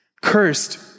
Cursed